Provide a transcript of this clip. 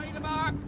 and